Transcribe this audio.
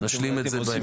נשלים את זה בהמשך.